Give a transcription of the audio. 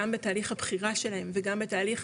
גם בתהליך הבחירה שלהם וגם בתהליך,